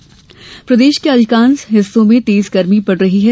मौसम प्रदेश के अधिकांष हिस्सों में तेज गर्मी पड़ रही है